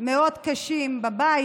מאוד קשים בבית,